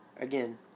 again